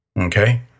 Okay